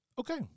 Okay